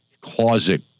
closet